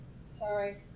Sorry